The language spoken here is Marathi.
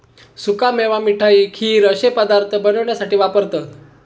सुका मेवा मिठाई, खीर अश्ये पदार्थ बनवण्यासाठी वापरतत